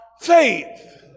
faith